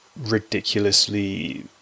ridiculously